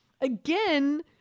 Again